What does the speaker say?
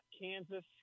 kansas